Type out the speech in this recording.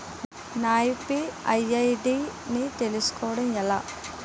నా UPI ID ని తెలుసుకోవడం ఎలా?